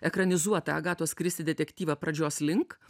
ekranizuotą agatos kristi detektyvą pradžios link